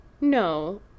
No